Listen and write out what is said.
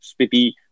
Spiti